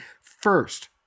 first